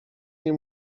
nie